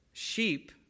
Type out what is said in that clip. Sheep